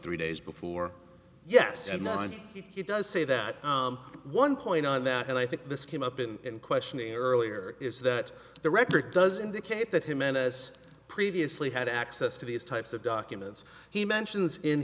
three days before yes he does say that one point on that and i think this came up in questioning earlier is that the record does indicate that jimenez previously had access to these types of documents he mentions in